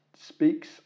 speaks